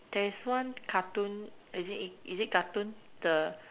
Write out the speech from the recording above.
there's one cartoon is it is it cartoon the